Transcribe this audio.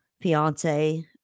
fiance